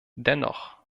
dennoch